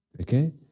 Okay